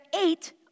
eight